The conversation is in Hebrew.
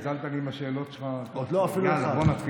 גזלת לי זמן עם השאלות שלך, אז בוא נאפס.